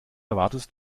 erwartest